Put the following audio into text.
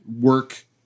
work